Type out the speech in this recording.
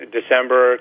December